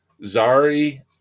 Zari